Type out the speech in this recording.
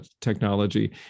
technology